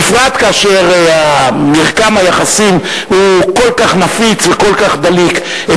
בפרט כאשר מרקם היחסים הוא כל כך נפיץ וכל כך דליק.